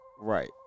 right